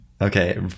okay